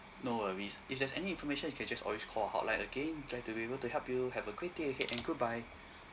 no worries if there's any information you can just always call our hotline again glad to be able to help you have a great day ahead and goodbye